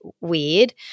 weird